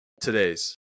today's